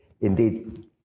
Indeed